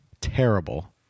terrible